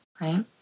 Right